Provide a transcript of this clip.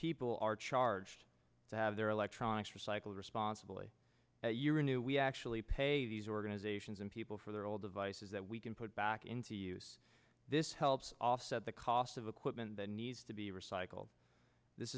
people are charged to have their electronics recycled responsibly you renew we actually pay these organizations and people for their old devices that we can put back into use this helps offset the cost of equipment that needs to be recycled this